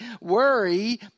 worry